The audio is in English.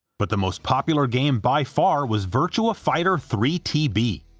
but the most popular game, by far, was virtua fighter three tb,